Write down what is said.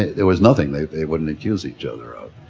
there was nothing they they wouldn't accuse each other of,